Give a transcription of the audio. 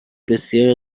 بسیاری